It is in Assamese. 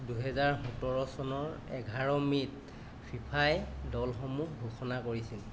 দুহেজাৰ সোতৰ চনৰ এঘাৰ মে'ত ফিফাই দলসমূহ ঘোষণা কৰিছিল